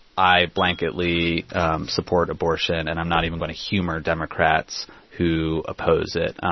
i blanketly support abortion, and i'm not even going to humor democrats who oppose it.